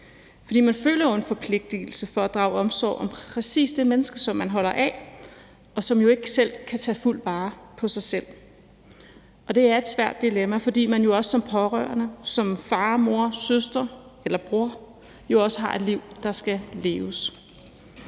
For man føler jo en forpligtigelse til at drage omsorg for præcis det menneske, som man holder af, og som jo ikke fuldt ud kan tage vare på sig selv. Og det er et svært dilemma, fordi man jo også som pårørende, som far, mor, søster eller bror, også har et liv, der skal leves